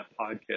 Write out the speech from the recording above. podcast